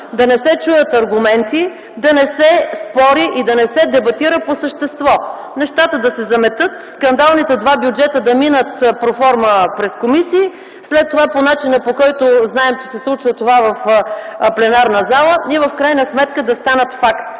да не се чуят аргументи, да не се спори и да не се дебатира по същество, нещата да се заметат, скандалните два бюджета да минат проформа през комисиите, след това по начина, по който знаем, че се случва това - в пленарната зала, и в крайна сметка да станат факт.